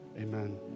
Amen